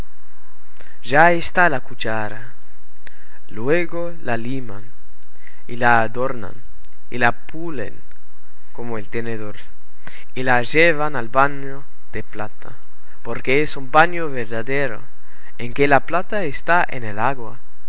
ya está la cuchara luego la liman y la adornan y la pulen como el tenedor y la llevan al baño de plata porque es un baño verdadero en que la plata está en el agua